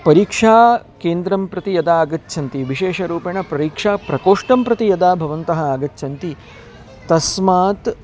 परीक्षाकेन्द्रं प्रति यदा आगच्छन्ति विशेषरूपेण परीक्षा प्रकोष्ठं प्रति यदा भवन्तः आगच्छन्ति तस्मात्